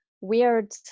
weird